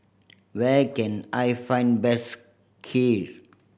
where can I find best Kheer